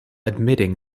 admitting